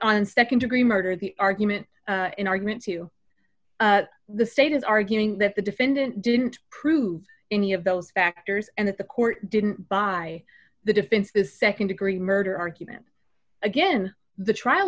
on nd degree murder the argument in argument to the state is arguing that the defendant didn't prove any of those factors and that the court didn't buy the defense the nd degree murder argument again the trial